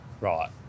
Right